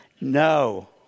no